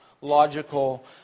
logical